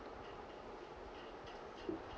uh